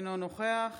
אינו נוכח